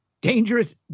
dangerous